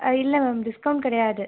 இல்லை ma'am discount கிடையாது